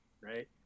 Right